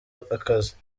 akazi